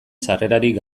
sarrerarik